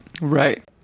Right